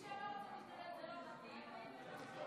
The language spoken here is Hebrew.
הם משתדלים למי שרוצים להשתדל.